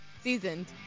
Seasoned